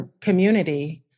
community